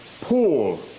pool